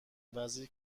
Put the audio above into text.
وزیر